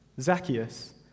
Zacchaeus